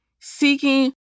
seeking